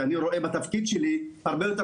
כי אני רואה בתפקיד שלי הרבה יותר